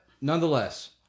nonetheless